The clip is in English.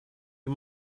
you